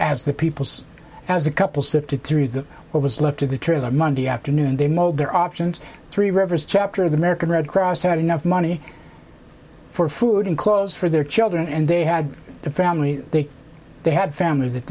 as the people as a couple sifted through the what was left of the trailer monday afternoon they mowed their options three rivers chapter of the american red cross had enough money for food and clothes for their children and they had the family they they had family that